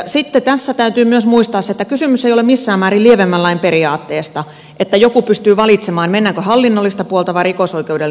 sitten tässä täytyy muistaa myös se että kysymys ei ole missään määrin lievemmän lain periaatteesta että joku pystyy valitsemaan mennäänkö hallinnollista puolta vai rikosoikeudellista puolta